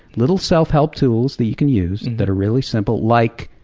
little self-help tools, that you can use, that are really simple, like,